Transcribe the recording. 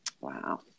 Wow